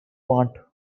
want